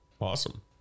Awesome